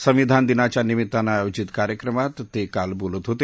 संविधान दिनाच्या निमित्तानं आयोजित कार्यक्रमात ते काल बोलत होते